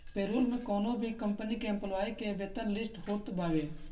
payroll में कवनो भी कंपनी के एम्प्लाई के वेतन लिस्ट होत बावे